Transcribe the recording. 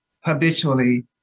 habitually